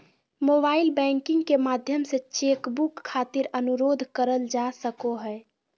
mobile banking के माध्यम से चेक बुक खातिर अनुरोध करल जा सको हय